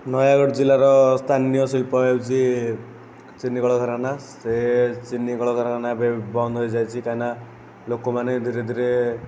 ନୟାଗଡ଼ ଜିଲ୍ଲାର ସ୍ଥାନୀୟ ଶିଳ୍ପ ହେଉଛି ଚିନିକଳ କାରଖାନା ସେ ଚିନିକଳ କାରଖାନା ଏବେ ବନ୍ଦ ହୋଇଯାଇଛି କାହିଁକିନା ଲୋକମାନେ ଧିୀରେ ଧୀରେ